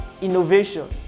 innovation